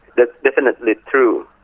that's definitely true.